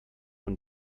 von